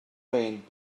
faint